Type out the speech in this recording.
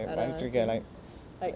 அதான்:athaan same like